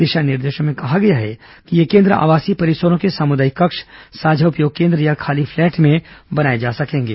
दिशा निर्देशों में कहा गया है कि ये केन्द्र आवासीय परिसरों के सामुदायिक कक्ष साझा उपयोग क्षेत्र या खाली पलैट में बनाए जा सकेंगे